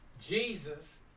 Jesus